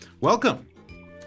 welcome